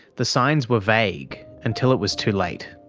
the signs were vague, until it was too late.